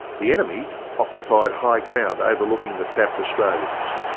the enemy occupied high ground overlooking the trapped australians,